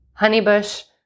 honeybush